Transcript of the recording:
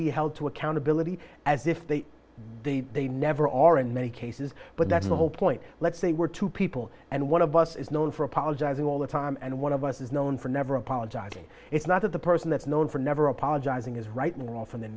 be held to accountability as if they do they never are in many cases but that's the whole point let's say we're two people and one of us is known for apologizing all the time and one of us is known for never apologizing it's not that the person that's known for never apologizing is right more often than